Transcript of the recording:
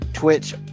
Twitch